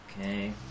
Okay